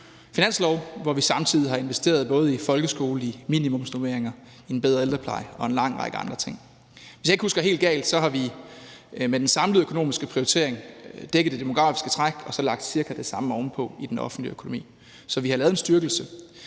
finanslove, hvor vi samtidig har investeret i både folkeskole, minimumsnormeringer, en bedre ældrepleje og en lang række andre ting. Hvis jeg ikke husker helt galt, har vi med den samlede økonomiske prioritering dækket det demografiske træk og så lagt cirka det samme oveni i den offentlige økonomi. Så vi har lavet en styrkelse.